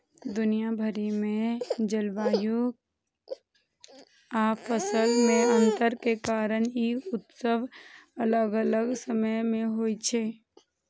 दुनिया भरि मे जलवायु आ फसल मे अंतर के कारण ई उत्सव अलग अलग समय मे होइ छै